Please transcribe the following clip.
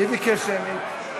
מי ביקש שמית?